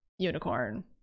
unicorn